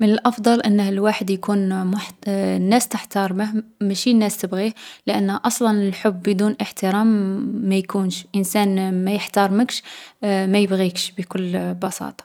من الأفضل أنه الواحد يكون محتـ الناس تحتارمه ماشي الناس تبغيه، لأن أصلا الحب بدون احترام مـ ما يكونش. الانسان ما يحتارمكش ما يبغيكش، بكل بساطة.